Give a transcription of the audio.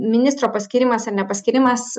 ministro paskyrimas ar nepaskyrimas